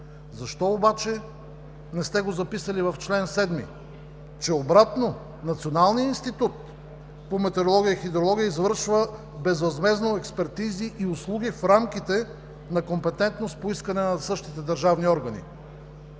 Защо обаче не сте записали в чл. 7, че, обратно, Националният институт по метеорология и хидрология извършва безвъзмездно експертизи и услуги в рамките на компетентност по искане на същите държавни органи?